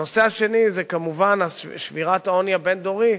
הנושא השני זה כמובן שבירת העוני הבין-דורי,